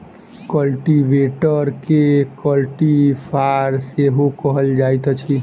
कल्टीवेटरकेँ कल्टी फार सेहो कहल जाइत अछि